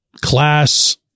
class